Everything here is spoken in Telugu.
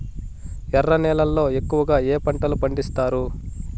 ఎర్ర నేలల్లో ఎక్కువగా ఏ పంటలు పండిస్తారు